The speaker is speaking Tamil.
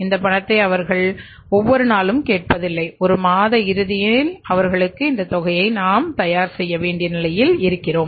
இந்த பணத்தை அவர்கள் ஒவ்வொரு நாளும் கேட்பதில்லை ஒரு மாத இறுதியில் அவர்களுக்கு இந்தத் தொகையை நாம் தயார் செய்ய வேண்டிய நிலையில் இருக்கிறோம்